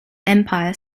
empire